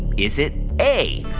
is it a,